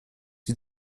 die